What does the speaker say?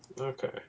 Okay